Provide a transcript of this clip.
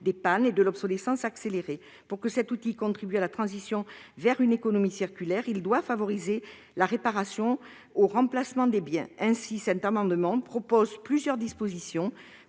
des pannes et de l'obsolescence accélérée. Pour que cet outil contribue à la transition vers une économie circulaire, il doit favoriser la réparation au remplacement des biens. Au travers de cet amendement, nous proposons ainsi plusieurs dispositions